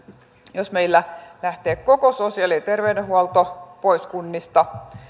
jos meillä lähtee koko sosiaali ja terveydenhuolto pois kunnista